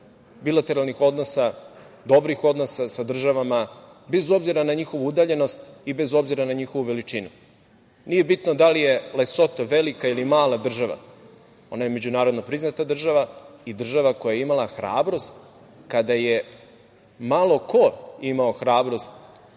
bilateralnih odnosa, dobrih odnosa sa državama, bez obzira na njihovu udaljenost i bez obzira na njihovu veličinu. Nije bitno da li je Lesoto velika ili mala država, ona je međunarodno priznata država i država koja je imala hrabrost kada je malo ko imao hrabrost